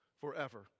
forever